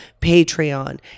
Patreon